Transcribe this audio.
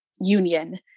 union